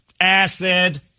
Acid